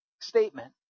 statement